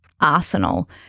Arsenal